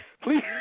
please